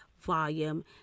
volume